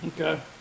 Okay